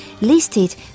listed